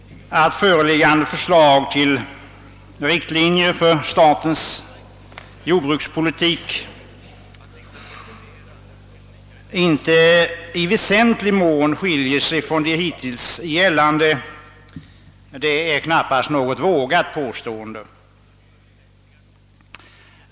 Att föreliggande förslag till riktlinjer för statens jordbrukspolitik inte i väsentlig mån skiljer sig från de hittills gällande är knappast något vågat påstående.